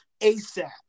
ASAP